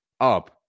up